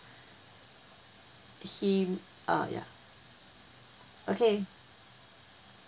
he uh ya okay